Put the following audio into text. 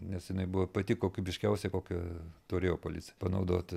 nes jinai buvo pati kokybiškiausia kokią turėjo policija panaudoti